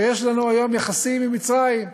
ויש לנו היום יחסים עם מצרים,